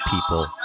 people